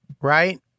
right